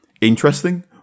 interesting